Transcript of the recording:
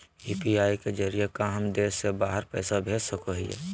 UPI के जरिए का हम देश से बाहर पैसा भेज सको हियय?